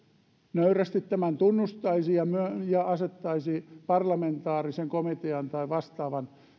nöyrästi tämän tunnustaisi ja ja asettaisi parlamentaarisen komitean tai vastaavan